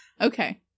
Okay